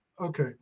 Okay